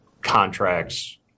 contracts